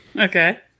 Okay